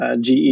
GE